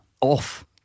off